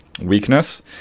weakness